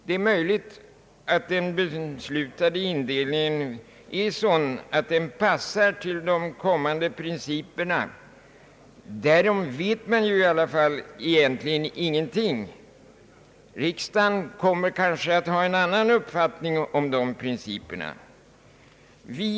Det är möjligt att den beslutade indelningen är sådan att den passar till de kommande principerna. Men därom vet man ju egentligen ingenting. Riksdagen kommer kanske att ha en annan uppfattning om principerna för domkretsindelningen.